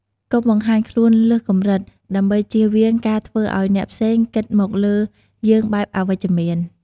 កុំបង្ហាញខ្លួនលើសកម្រិត ដើម្បីជៀសវាងការធ្វើឲ្យអ្នកផ្សេងគិតមកលើយើងបែបអវិជ្ជមាន។